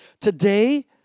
Today